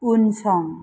उनसं